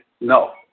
No